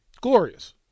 Glorious